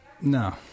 No